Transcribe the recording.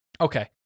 Okay